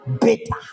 bitter